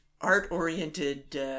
Art-oriented